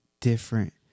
different